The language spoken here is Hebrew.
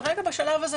בשלב הזה,